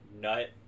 Nut